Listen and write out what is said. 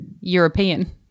European